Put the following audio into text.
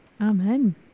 Amen